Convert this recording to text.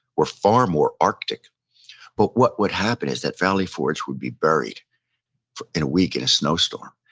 were far more arctic but what would happen is that valley forge would be buried in a week, in a snowstorm.